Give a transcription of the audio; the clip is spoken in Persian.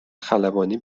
خلبانی